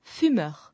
fumeur